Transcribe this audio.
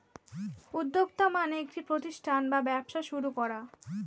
উদ্যোক্তা মানে একটি প্রতিষ্ঠান বা ব্যবসা শুরু করা